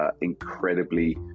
incredibly